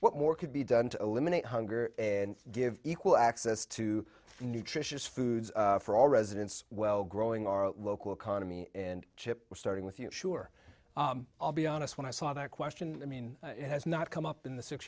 what more could be done to eliminate hunger and give equal access to nutritious food for all residents well growing our local economy and chip starting with you sure i'll be honest when i saw that question i mean it has not come up in the six